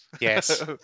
Yes